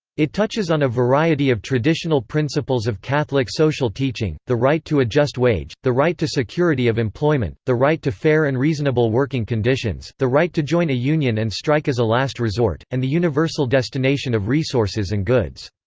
it touches on a variety of traditional principles of catholic social teaching the right to a just wage the right to security of employment the right to fair and reasonable working conditions the right to join a union and strike as a last resort and the universal destination of resources and goods.